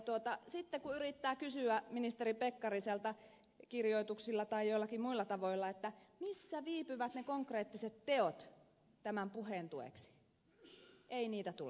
sitten kun yrittää kysyä ministeri pekkariselta kirjoituksilla tai joillakin muilla tavoilla missä viipyvät ne konkreettiset teot tämän puheen tueksi ei niitä tule